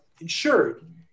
insured